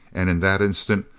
and in that instant,